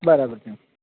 બરાબર છે